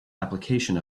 application